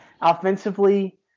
Offensively